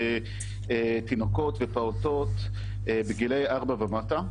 תינוקות ופעוטות בגילאי ארבע ומטה,